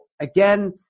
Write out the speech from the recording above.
again